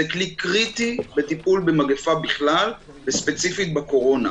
זה כלי קריטי לטיפול במגפה בכלל וספציפית בקורונה.